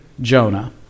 Jonah